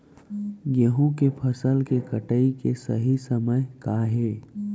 गेहूँ के फसल के कटाई के सही समय का हे?